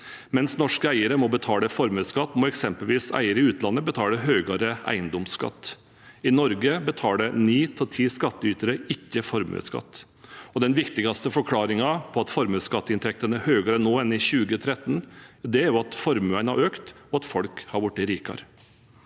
Mens norske eiere må betale formuesskatt, må eksempelvis eiere i utlandet betale høyere eiendomsskatt. I Norge betaler ni av ti skattytere ikke formuesskatt. Den viktigste forklaringen på at formuesskatteinntektene er høyere nå enn i 2013, er at formuene har økt, og at folk er blitt rikere.